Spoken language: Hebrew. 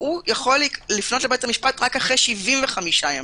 יכול לפנות לבית המשפט רק אחרי 75 ימים.